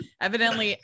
evidently